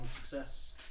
success